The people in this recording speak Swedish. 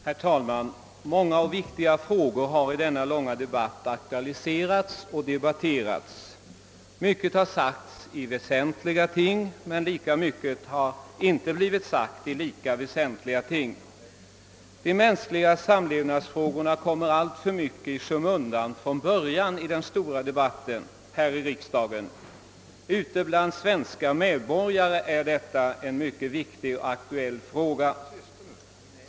Herr talman! Många och viktiga frågor har i denna långa debatt aktualiserats och debatterats. Mycket har sagts i väsentliga ting, men lika mycket har inte blivit sagt i lika väsentliga ting. De mänskliga samlevnadsfrågorna kommer redan från början alltför mycket i skymundan i den stora debatten här i riksdagen.